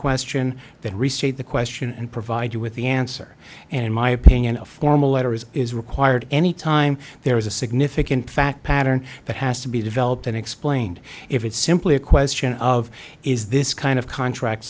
question that restate the question and provide you with the answer and in my opinion a formal letter as is required any time there is a significant fact pattern that has to be developed and explained if it's simply a question of is this kind of contract